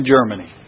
Germany